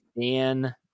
Dan